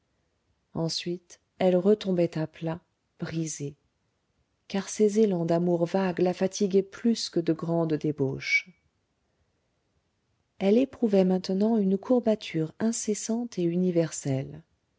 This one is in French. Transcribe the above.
ensuite elle retombait à plat brisée car ces élans d'amour vague la fatiguaient plus que de grandes débauches elle éprouvait maintenant une courbature incessante et universelle